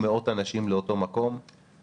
הקואליציה תצביע --- אתם מסכנים כאן את בריאות הציבור.